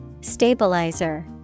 Stabilizer